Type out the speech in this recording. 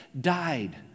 died